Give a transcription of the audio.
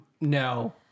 No